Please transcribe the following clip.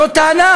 זאת טענה.